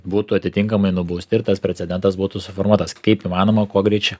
būtų atitinkamai nubausti ir tas precedentas būtų suformuotas kaip įmanoma kuo greičiau